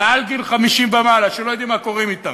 מגיל 50 ומעלה, שלא יודעים מה קורה אתם.